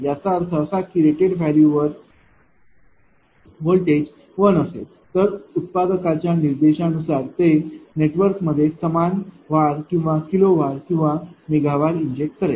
याचा अर्थ असा की रेटेड वैल्यूवर व्होल्टेज 1 असेल तर उत्पादकांच्या निर्देशानुसार ते नेटवर्कमध्ये समान VAr किंवा kiloVAr किंवा megaVAr इंजेक्ट करेल